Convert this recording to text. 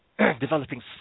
developing